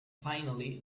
finally